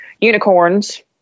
unicorns